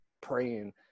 praying